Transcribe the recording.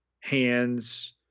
hands